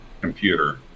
computer